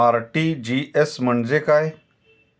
RTGS म्हणजे काय?